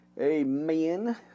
Amen